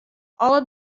alle